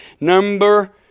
Number